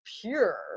Pure